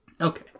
Okay